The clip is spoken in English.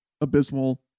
abysmal